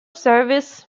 service